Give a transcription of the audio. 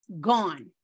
gone